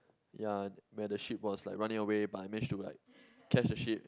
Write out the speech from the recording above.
ya where the sheep was like running away but I manage to like catch the sheep